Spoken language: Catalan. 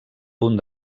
punt